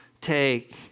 take